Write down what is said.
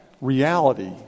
reality